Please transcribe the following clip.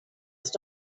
ist